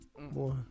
Boy